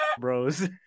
bros